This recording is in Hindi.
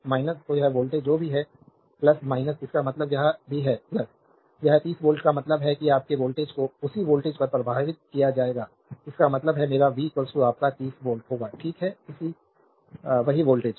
तो यह वोल्टेज जो भी है इसका मतलब यह भी है यह 30 वोल्ट का मतलब है कि आपके वोल्टेज को उसी वोल्टेज पर प्रभावित किया जाएगा इसका मतलब है मेरा v आपका 30 वोल्ट होगा ठीक है वही वोल्टेज